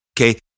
Okay